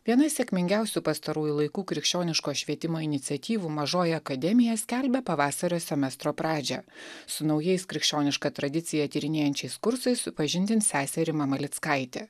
viena sėkmingiausių pastarųjų laikų krikščioniško švietimo iniciatyvų mažoji akademija skelbia pavasario semestro pradžią su naujais krikščionišką tradiciją tyrinėjančiais kursais supažindins sesė rima malickaitė